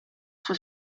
sua